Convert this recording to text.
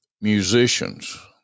musicians